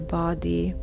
body